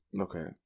Okay